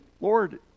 Lord